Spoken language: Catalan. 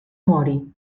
mori